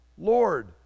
Lord